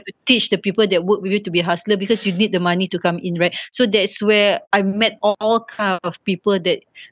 to teach the people that work with you to be a hustler because you need the money to come in right so that's where I met all kind of people that